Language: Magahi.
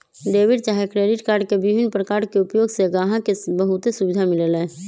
डेबिट चाहे क्रेडिट कार्ड के विभिन्न प्रकार के उपयोग से गाहक के बहुते सुभिधा मिललै ह